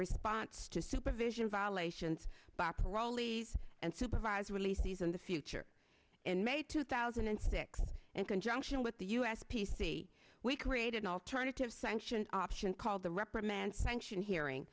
response to supervision violations by parolees and supervised release these in the future in may two thousand and six and conjunction with the us p c we created an alternative sanctioned option called the reprimand sanction hearing